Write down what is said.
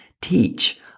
teach